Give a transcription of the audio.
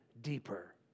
deeper